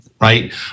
right